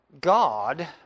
God